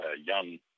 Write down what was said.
young